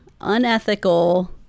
unethical